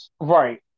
Right